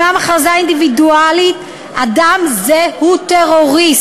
אומנם הכרזה אינדיבידואלית: אדם זה הוא טרוריסט.